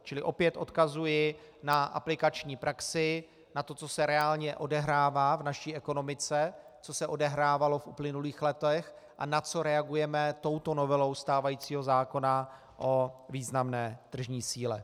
Čili opět odkazuji na aplikační praxi, na to, co se reálně odehrává v naší ekonomice, co se odehrávalo v uplynulých letech a na co reagujeme touto novelou stávajícího zákona o významné tržní síle.